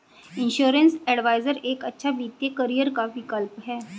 insurance adviser एक अच्छा वित्तीय करियर का विकल्प है